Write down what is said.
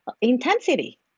intensity